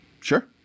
Sure